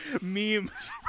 memes